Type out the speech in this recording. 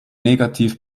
negativ